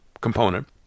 component